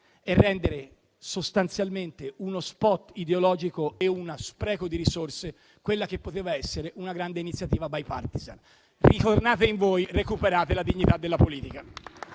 e rendere sostanzialmente uno *spot* ideologico e uno spreco di risorse quella che poteva essere una grande iniziativa *bipartisan*. Ritornate in voi e recuperate la dignità della politica.